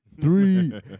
three